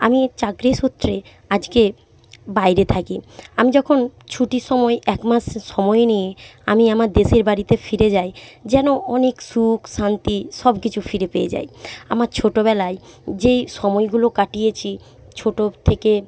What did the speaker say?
আমি চাকরি সূত্রে আজকে বাইরে থাকি আমি যখন ছুটির সময় এক মাস সময় নিয়ে আমি আমার দেশের বাড়িতে ফিরে যাই যেন অনেক সুখ শান্তি সব কিছু ফিরে পেয়ে যাই আমার ছোটবেলায় যেই সময়গুলো কাটিয়েছি ছোট থেকে